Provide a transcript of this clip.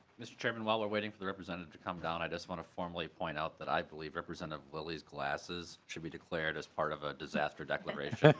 mister chairman while we're waiting for the representative come down i just want to formally point out that i believe represent of well as classes should be declared as part of a disaster declaration